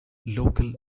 local